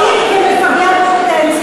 חברת הכנסת גלאון,